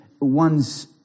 one's